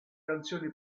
canzoni